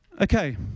Okay